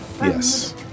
Yes